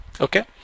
Okay